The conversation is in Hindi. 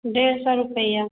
डेढ़ सौ रुपया